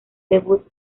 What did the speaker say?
debut